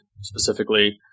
specifically